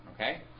Okay